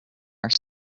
are